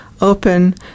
open